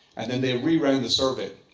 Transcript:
and then they reran the survey.